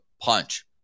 punch